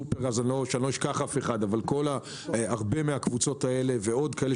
סופרגז שאני לא אשכח אף אחת ועוד כאלה